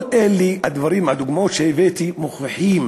כל אלה הדברים, הדוגמאות שהבאתי, מוכיחים